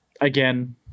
again